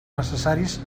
necessaris